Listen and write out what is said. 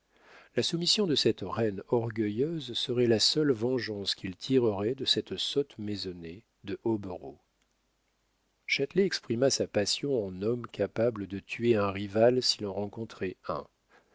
la soumission de cette reine orgueilleuse serait la seule vengeance qu'il tirerait de cette sotte maisonnée de hobereaux châtelet exprima sa passion en homme capable de tuer un rival s'il en rencontrait un